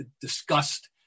discussed